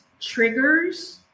triggers